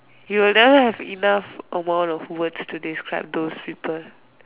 you will never have enough amount of words to describe those people